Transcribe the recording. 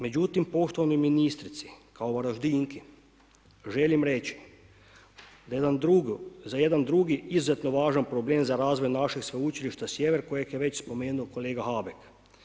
Međutim, poštovanoj ministrici kao Varaždinki želim reći da za jedan drugi izuzetno važan problem za razvoj našeg Sveučilišta Sjever kojeg je već spomenuo kolega Habek.